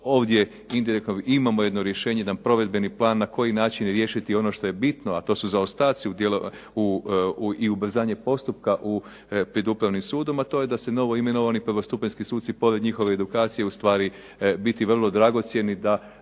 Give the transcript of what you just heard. indirektno jedno rješenje, jedan provedbeni plan na koji način riješiti ono što je bitno, a to su zaostaci i ubrzanje postupka pred upravnim sudovima, a to je da se novoimenovani prvostupanjski suci pored njihove edukacije ustvari biti vrlo dragocjeni,